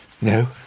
No